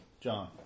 John